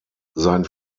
sein